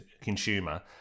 consumer